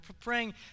praying